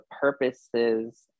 purposes